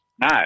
no